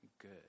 good